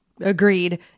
agreed